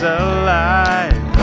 alive